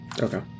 Okay